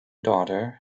daughter